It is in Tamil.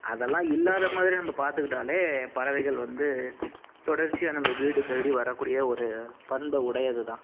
அதெல்லாம் இல்லாத மாதிரி நம்ப பார்த்துக்கிட்டாலே பறவைகள் வந்து தொடர்ச்சியாக நம்ப வீடு தேடி வரக்கூடிய ஒரு பண்பை உடையது தான்